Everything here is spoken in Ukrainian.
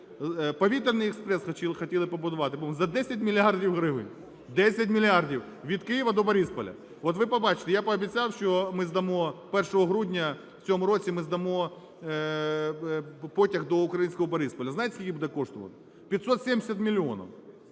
Повітряний експрес хотіли побудувати за 10 мільярдів гривень – 10 мільярдів, від Києва до Борисполя. От ви побачите, я пообіцяв, що ми здамо 1 грудня в цьому році, ми здамо потяг до українського Борисполя. Знаєте, скільки буде коштувати? 570 мільйонів.